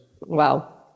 wow